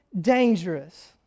dangerous